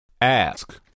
Ask